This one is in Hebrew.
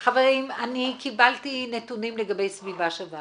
חברים, אני קיבלתי נתונים לגבי סביבה שווה